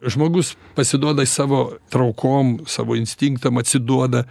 žmogus pasiduoda savo traukom savo instinktam atsiduoda